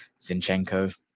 Zinchenko